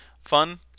fun